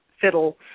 fiddle